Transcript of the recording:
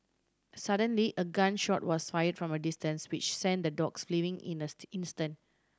suddenly a gun shot was fired from a distance which sent the dogs fleeing in an instant